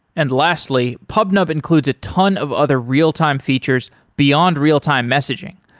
and lastly, pubnub includes a ton of other real-time features beyond real-time messaging,